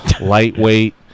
Lightweight